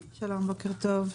שלום, בוקר טוב.